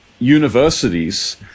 universities